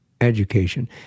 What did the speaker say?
education